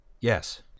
Yes